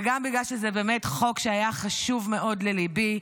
וגם בגלל שזה באמת חוק שהיה חשוב מאוד לליבי.